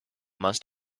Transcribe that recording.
must